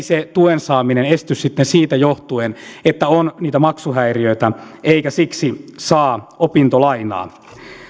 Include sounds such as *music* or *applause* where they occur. *unintelligible* se tuen saaminen esty sitten siitä johtuen että on niitä maksuhäiriöitä eikä siksi saa opintolainaa